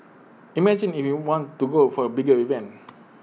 imagine if you want to go for A bigger event